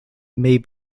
may